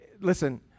listen